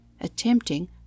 attempting